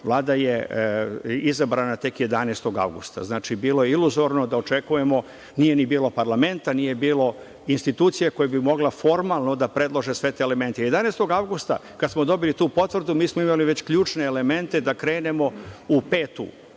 Vlada je izabrana tek 11. avgusta. Znači, bilo je iluzorno da očekujemo. Nije bilo ni parlamenta, nije bilo institucija koje bi mogle formalno da predlože sve te elemente. Kad smo dobili tu potvrdu, 11. avgusta, mi smo imali već ključne elemente da krenemo u petu,